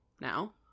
now